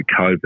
COVID